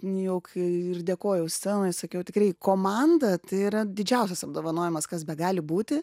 juk ir dėkojau scenoj sakiau tikrai komanda tai yra didžiausias apdovanojimas kas begali būti